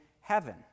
heaven